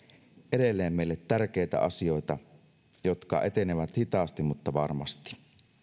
edelleen meille tärkeitä asioita jotka etenevät hitaasti mutta varmasti